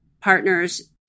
partners